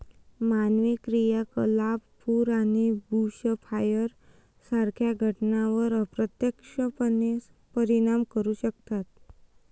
मानवी क्रियाकलाप पूर आणि बुशफायर सारख्या घटनांवर अप्रत्यक्षपणे परिणाम करू शकतात